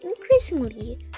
increasingly